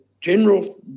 general